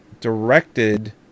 Directed